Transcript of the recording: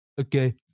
okay